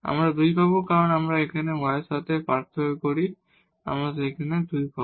আমরা 2 পাবো কারণ এখানে যখন আমরা y এর সাথে পার্থক্য করি আমরা সেখানে 2 পাব